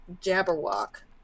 jabberwock